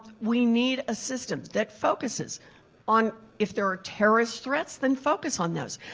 we need a system that focuses on if there are terrorists threats then focus on those.